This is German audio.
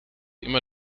immer